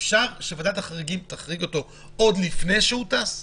שוועדת החריגים תחריג אותו עוד לפני שהוא טס?